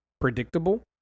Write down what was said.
predictable